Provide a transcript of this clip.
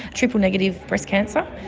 triple negative breast cancer,